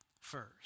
first